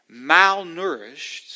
malnourished